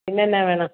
പിന്നെ എന്നാ വേണം